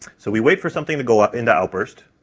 so we wait for something to go up into outburst,